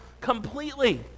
completely